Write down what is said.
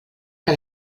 que